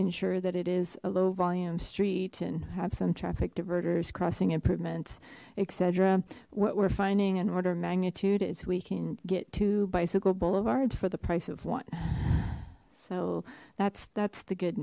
ensure that it is a low volume street and have some traffic diverters crossing improvements etc what we're finding in order of magnitude is we can get two bicycle boulevards for the price of one so that's that's the good